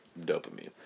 dopamine